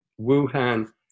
Wuhan